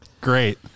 Great